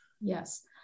Yes